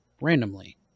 randomly